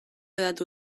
hedatu